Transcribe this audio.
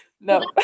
No